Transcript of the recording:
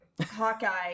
Hawkeye